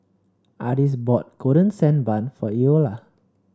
Ardis bought Golden Sand Bun for Eola